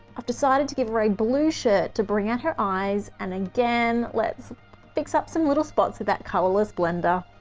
i've decided to give her a blue shirt to bring out her eyes. and again, let's fix up some little spots of that colorless blender.